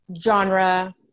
genre